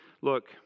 Look